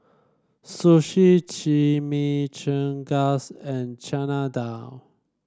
Sushi Chimichangas and Chana Dal